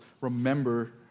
remember